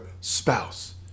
spouse